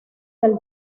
del